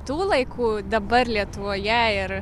tų laikų dabar lietuvoje ir